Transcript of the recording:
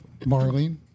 Marlene